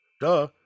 duh